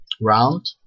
round